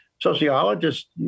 sociologists